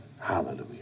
Hallelujah